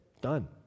Done